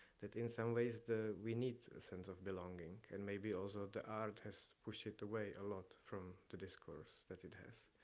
that in some ways, we need a sense of belonging. and maybe also the art has pushed it away a lot from the discourse that it has.